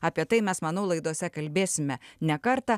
apie tai mes manau laidose kalbėsime ne kartą